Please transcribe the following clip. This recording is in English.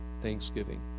thanksgiving